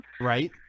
Right